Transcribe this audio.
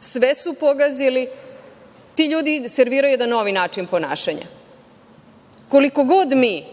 sve su pogazili, ti ljudi serviraju jedan novi način ponašanja. Koliko god mi